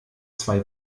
zwei